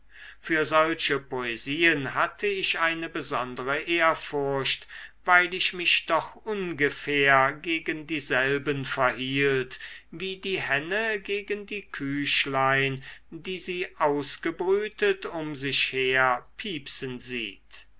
für solche poesien hatte ich eine besondere ehrfurcht weil ich mich doch ohngefähr gegen dieselben verhielt wie die henne gegen die küchlein die sie ausgebrütet um sich her piepsen sieht